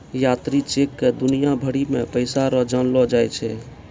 यात्री चेक क दुनिया भरी मे पैसा रो जानलो जाय छै